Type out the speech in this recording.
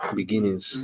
beginnings